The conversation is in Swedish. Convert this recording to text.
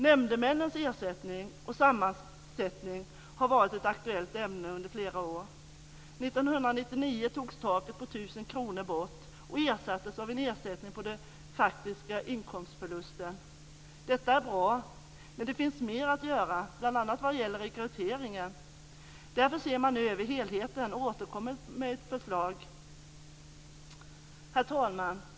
Nämndemännens ersättning och sammansättning har varit ett aktuellt ämne under flera år. 1999 togs taket på 1 000 kr bort och ersattes av en ersättning på den faktiska inkomstförlusten. Detta är bra, men det finns mer att göra, bl.a. vad gäller rekryteringen. Därför ser man nu över helheten och återkommer med ett förslag. Herr talman!